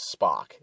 Spock